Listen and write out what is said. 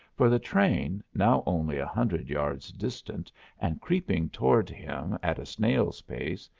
for the train, now only a hundred yards distant and creeping toward him at a snail's pace,